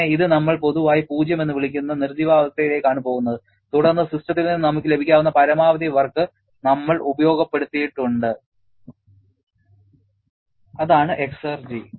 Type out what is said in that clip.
പിന്നെ ഇത് നമ്മൾ പൊതുവായി പൂജ്യം എന്ന് വിളിക്കുന്ന നിർജ്ജീവാവസ്ഥയിലേക്കാണ് പോകുന്നത് തുടർന്ന് സിസ്റ്റത്തിൽ നിന്ന് നമുക്ക് ലഭിക്കാവുന്ന പരമാവധി വർക്ക് നമ്മൾ ഉപയോഗപ്പെടുത്തിയിട്ടുണ്ട് അതാണ് എക്സർജി